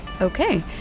Okay